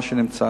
מה שנמצא,